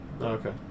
okay